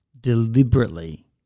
deliberately